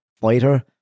fighter